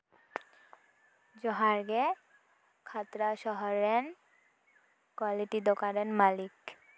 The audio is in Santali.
ᱡᱚᱦᱟᱨ ᱜᱮ ᱠᱷᱟᱛᱲᱟ ᱥᱚᱦᱚᱨ ᱨᱮᱱ ᱠᱳᱣᱟᱞᱤᱴᱤ ᱫᱚᱠᱟᱱ ᱨᱮᱱ ᱢᱟᱞᱤᱠ